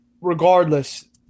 regardless